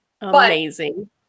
Amazing